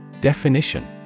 Definition